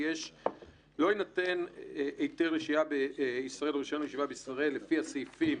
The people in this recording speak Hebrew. לא יינתן היתר לשהייה בישראל או רישיון ישיבה בישראל לפי הסעיפים